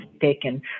taken